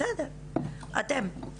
בסדר, אתם.